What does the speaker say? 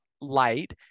light